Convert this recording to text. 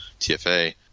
TFA